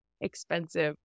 expensive